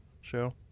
show